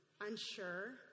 unsure